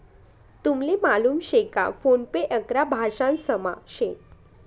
तुमले मालूम शे का फोन पे अकरा भाषांसमा शे